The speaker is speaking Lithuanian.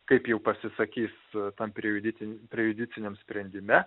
kaip jau pasisakys tam prejudicin prejudiciniam sprendime